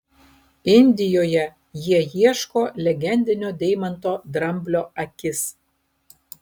indijoje jie ieško legendinio deimanto dramblio akis